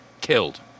killed